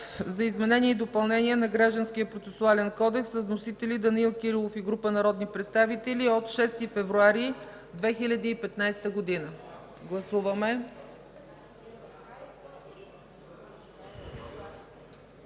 за изменение и допълнение на Гражданския процесуален кодекс с вносители Данаил Кирилов и група народни представители от 6 февруари 2015 г. Гласували